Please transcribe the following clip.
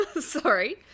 sorry